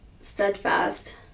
steadfast